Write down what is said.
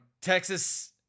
Texas